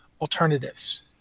alternatives